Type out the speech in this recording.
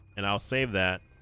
and i'll save that